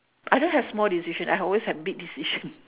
I don't have small decision I always have big decision